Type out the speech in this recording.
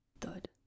Thud